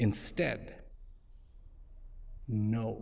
instead no